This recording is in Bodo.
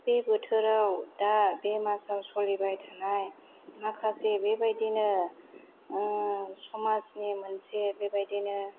बे बोथोराव दा बे मासाव सलिबाय थानाय माखासे बेबायदिनो समाजनि मोनसे बेबायदिनो